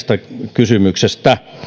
kysymyksestä